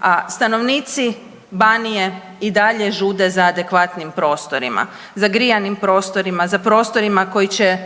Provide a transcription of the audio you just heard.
a stanovnici Banije i dalje žude za adekvatnim prostorima, za grijanim prostorima, za prostorima koji će